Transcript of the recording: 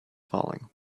falling